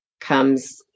comes